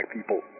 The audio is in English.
people